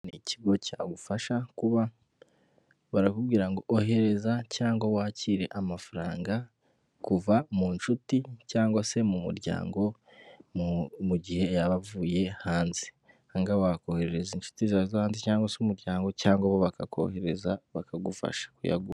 N'ikigo cyagufasha kuba, barakubwira ngo ohereza cyangwa wakire amafaranga kuva mu nshuti cyangwa se mu muryango mu gihe yaba avuye hanze. Aha ngaha wakoherereza inshuti zawe zo hanze cyangwa se umuryango cyangwa bo bakakoherereza bakagufasha kuyagu...